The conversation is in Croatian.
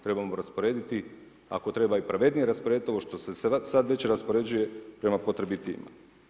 Trebamo rasporediti ako treba i pravednije rasporediti ovo što se sad već raspoređuje prema potrebitijima.